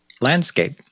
landscape